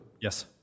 Yes